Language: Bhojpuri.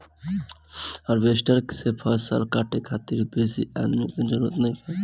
हार्वेस्टर से फसल काटे खातिर बेसी आदमी के जरूरत नइखे